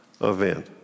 event